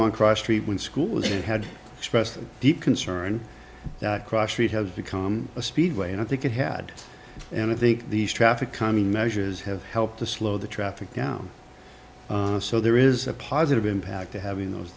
walking on cross street when school had expressed deep concern that cross street has become a speedway and i think it had and i think these traffic calming measures have helped to slow the traffic down so there is a positive impact to having those